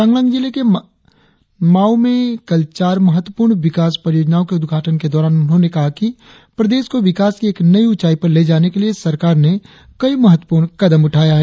चांगलांग जिले के मानमाउ में कल चार महत्वपूर्ण विकास परियोजनाओ के उद्घाटन के दौरान उन्होंने कहा कि प्रदेश को विकास की एक नई उचाई पर ले जाने के लिए सरकार ने कई महत्वपूर्ण कदम उठाया है